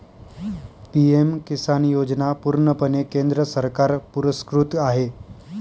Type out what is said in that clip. PM Kisan योजना पूर्णपणे केंद्र सरकार पुरस्कृत आहे